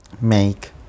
make